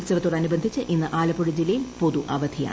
ഉത്സവത്തോട് അനുബന്ധിച്ച് ഇന്ന് ആലപ്പുഴ ജില്ലയിൽ പൊതു അവധിയാണ്